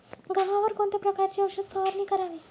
गव्हावर कोणत्या प्रकारची औषध फवारणी करावी?